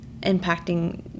impacting